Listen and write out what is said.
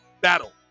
Battle